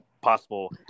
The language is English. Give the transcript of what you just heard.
possible